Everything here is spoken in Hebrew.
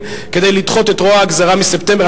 כדי לדחות את רוע הגזירה של ספטמבר.